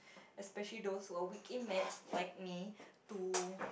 especially those who are weak in maths like me to